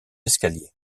escaliers